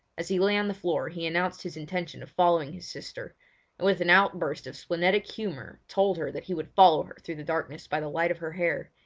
as he lay on the floor he announced his intention of following his sister and with an outburst of splenetic humour told her that he would follow her through the darkness by the light of her hair,